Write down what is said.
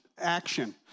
action